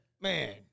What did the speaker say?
Man